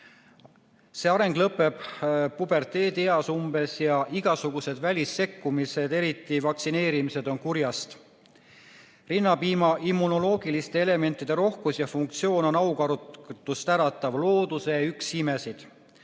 See areng lõpeb umbes puberteedieas ja igasugused välissekkumised – eriti vaktsineerimised – on kurjast. Rinnapiima immunoloogiliste elementide rohkus ja funktsioon on aukartust äratav, looduse üks imesid.